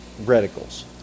reticles